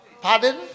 Pardon